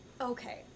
Okay